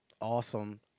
Awesome